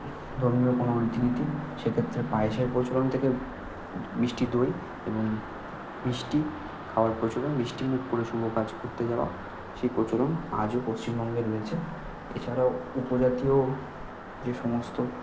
ধর্মীয় কোনো রীতি নীতি সে ক্ষেত্রে পায়েসের প্রচলন থেকে মিষ্টি দই এবং মিষ্টি খাওয়ার প্রচলন মিষ্টি মুখ করে শুভ কাজ করতে যাওয়া সেই প্রচলন আজও পশ্চিমবঙ্গে রয়েছে এছাড়াও উপজাতীয় যে সমস্ত